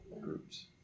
groups